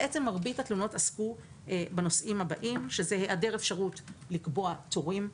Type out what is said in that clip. מרבית התלונות עסקו בנושאים הבאים: היעדר אפשרות לקבוע תורים,